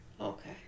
Okay